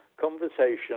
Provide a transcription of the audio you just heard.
conversation